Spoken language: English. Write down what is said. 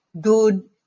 good